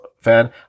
fan